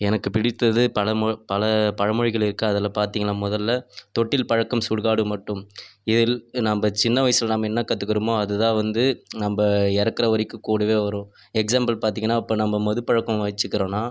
எனக்கு பிடித்தது பலமொ பல பழமொழிகள் இருக்குது அதில் பார்த்தீங்கன்னா முதலில் தொட்டில் பழக்கம் சுடுகாடு மட்டும் இதில் நம்ம சின்ன வயசில் நம்ம என்ன கற்றுக்குறோமோ அதுதான் வந்து நம்ம இறக்குற வரைக்கும் கூடவே வரும் எக்ஸாம்பிள் பார்த்தீங்கன்னா இப்போ நம்ம மதுப்பழக்கம் வச்சுக்கிறோன்னா